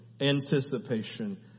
anticipation